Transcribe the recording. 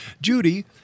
Judy